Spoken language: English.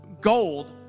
gold